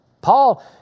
Paul